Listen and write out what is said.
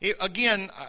again